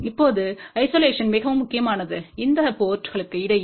இப்போது ஐசோலேஷன் மிகவும் முக்கியமானது இந்த போர்ட் களுக்கு இடையில்